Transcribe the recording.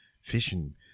fishing